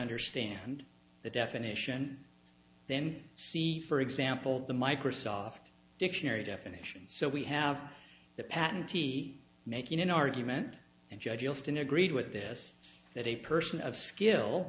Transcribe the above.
understand the definition then see for example the microsoft dictionary definitions so we have the patentee making an argument and judge alston agreed with this that a person of skill